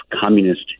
communist